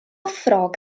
ffrog